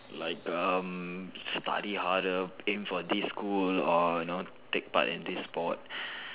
like um study harder aim for this school or you know take part in this sport